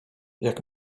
jak